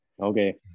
okay